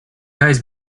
guys